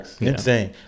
Insane